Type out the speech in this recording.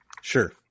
Sure